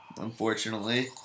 unfortunately